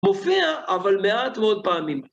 מופיע, אבל מעט מאוד פעמים.